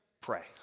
pray